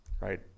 right